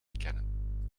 kennen